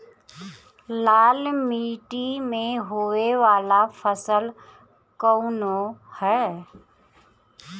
लाल मीट्टी में होए वाला फसल कउन ह?